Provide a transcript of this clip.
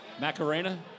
Macarena